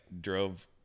drove